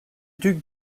duc